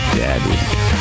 daddy